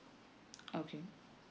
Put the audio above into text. okay